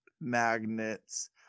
magnets